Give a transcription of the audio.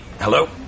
Hello